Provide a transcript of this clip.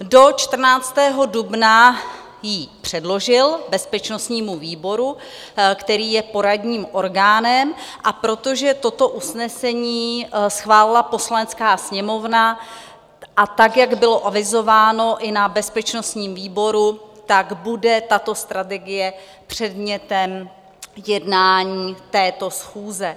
Do 14. dubna ji předložil bezpečnostnímu výboru, který je poradním orgánem, a protože toto usnesení schválila Poslanecká sněmovna a tak, jak bylo avizováno i na bezpečnostním výboru, bude tato strategie předmětem jednání této schůze.